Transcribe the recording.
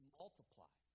multiply